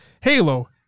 Halo